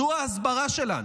זאת ההסברה שלנו,